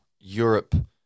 Europe